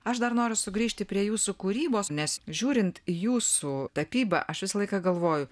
aš dar noriu sugrįžti prie jūsų kūrybos nes žiūrint į jūsų tapybą aš visą laiką galvoju